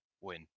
win